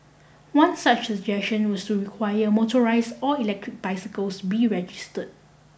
one such suggestion was to require motorise or electric bicycles be register